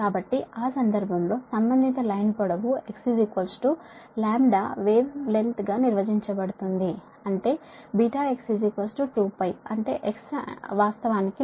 కాబట్టి ఆ సందర్భం లో సంబంధిత లైన్ పొడవు x λ వేవ్ లెంగ్త్ గా నిర్వచించబడుతుంది అంటే βx 2π అంటే x వాస్తవానికి λ